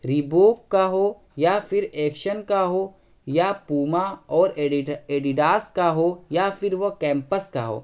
Reebok کا ہو یا پھر ایکشن کا ہو یا پوما اور ایڈیڈاس کا ہو یا پھر وہ کیمپس کا ہو